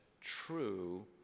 true